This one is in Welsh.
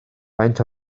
faint